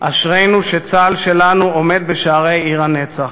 "אשרינו שצה"ל שלנו עומד בשערי עיר הנצח".